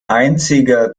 einziger